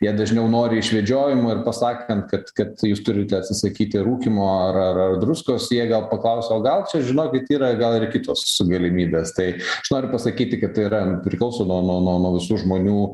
jie dažniau nori išvedžiojimų ir pasakant kad kad jūs turite atsisakyti rūkymo ar ar ar druskos jie gal paklaus o gal čia žinokit yra gal ir kitos galimybės tai aš noriu pasakyti kad tai yra priklauso nuo nuo nuo nuo visų žmonių